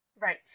Right